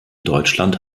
deutschland